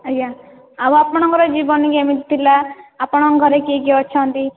ଆଜ୍ଞା ଆଉ ଆପଣଙ୍କର ଜୀବନୀ କେମିତି ଥିଲା ଆପଣଙ୍କ ଘରେ କିଏ କିଏ ଅଛନ୍ତି